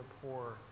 poor